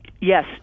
Yes